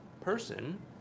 person